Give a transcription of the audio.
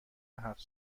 هفت